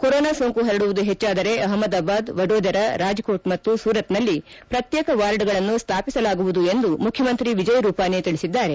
corona ಸೋಂಕು ಪರಡುವುದು ಹೆಚ್ಚಾದರೆ ಅಹ್ಮದಾಬಾದ್ ವಡೋದರ ರಾಜ್ಕೋಟ್ ಮತ್ತು ಸೂರತ್ನಲ್ಲಿ ಪ್ರತ್ಯೇಕ ವಾರ್ಡ್ಗಳನ್ನು ಸ್ವಾಪಿಸಲಾಗುವುದು ಎಂದು ಮುಖ್ಯಮಂತ್ರಿ ವಿಜಯ್ ರೂಪಾನಿ ತಿಳಿಸಿದ್ದಾರೆ